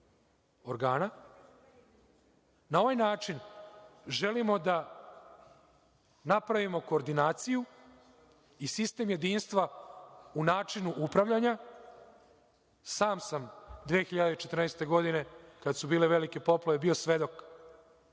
organa. Na ovaj način želimo da napravimo koordinaciju i sistem jedinstva u načinu upravljanja. Sam sam 2014. godine kada su bile velike poplave bio svedok